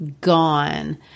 Gone